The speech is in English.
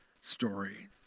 story